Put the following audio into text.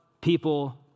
people